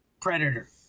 predator